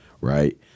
right